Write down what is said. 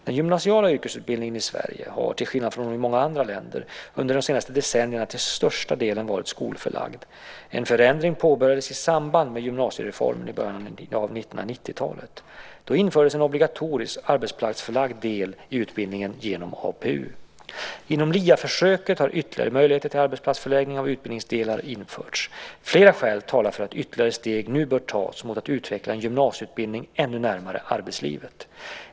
Den gymnasiala yrkesutbildningen i Sverige har, till skillnad från i många andra länder, under de senaste decennierna till största delen varit skolförlagd. En förändring påbörjades i samband med gymnasiereformen i början av 1990-talet. Då infördes en obligatorisk arbetsplatsförlagd del i utbildningen genom APU. Inom LIA-försöket har ytterligare möjligheter till arbetsplatsförläggning av utbildningsdelar införts. Flera skäl talar för att ytterligare steg nu bör tas mot att utveckla en gymnasieutbildning ännu närmare arbetslivet.